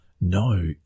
no